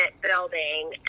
building